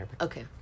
okay